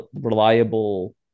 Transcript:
reliable